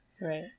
right